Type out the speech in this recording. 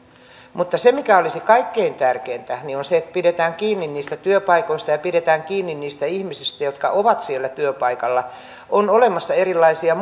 mutta mikä olisi kaikkein tärkeintä on se että pidetään kiinni niistä työpaikoista ja pidetään kiinni niistä ihmisistä jotka ovat siellä työpaikalla on olemassa erilaisia